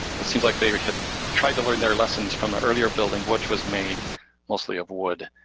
it seems like they had tried to learn their lessons from the earlier building, which was made mostly of wood,